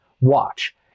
Watch